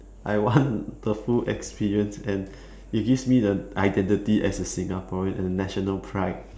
I want the full experience and it gives me the identity as a Singaporean and a national pride